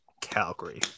Calgary